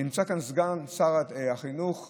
נמצא כאן סגן שר החינוך,